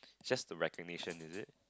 just a recognition is it